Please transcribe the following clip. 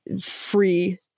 free